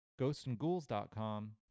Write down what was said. GhostAndGhouls.com